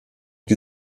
die